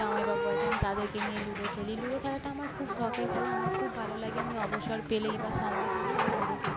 জামাইবাবু আছে আমি তাদেরকে নিয়ে লুডো খেলি লুডো খেলাটা আমার খুব শখের খেলা আমার খুব ভালো লাগে আমি অবসর পেলেই বা সময় পেলেই আমি লুডো খেলি